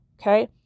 Okay